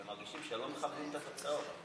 ומרגישים שלא מכבדים את תוצאות הבחירות,